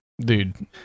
Dude